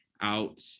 out